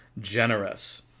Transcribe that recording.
generous